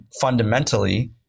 fundamentally